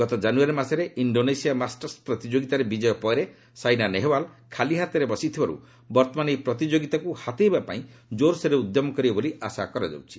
ଗତ ଜାନୁଆରୀ ମାସରେ ଇଷ୍ଡୋନେସିଆ ମାଷ୍ଟର୍ସ ପ୍ରତିଯୋଗିତାରେ ବିଜୟ ପରେ ସାଇନା ନେହେଓ୍ବାଲ୍ ଖାଲି ହାତରେ ବସିଥିବାରୁ ବର୍ତ୍ତମାନ ଏହି ପ୍ରତିଯୋଗିତାକୁ ହାତେଇବା ପାଇଁ ଜୋରସୋରରେ ଉଦ୍ୟମ କରିବେ ବୋଲି ଆଶା କରାଯାଉଛି